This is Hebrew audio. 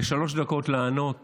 בשלוש דקות, לענות